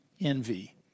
envy